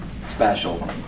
Special